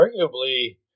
arguably